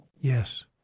yes